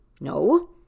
No